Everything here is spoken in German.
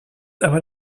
aber